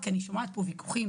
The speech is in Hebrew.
ובעיקר לקופות.